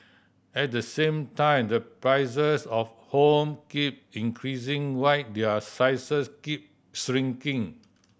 at the same time the prices of home keep increasing while their sizes keep shrinking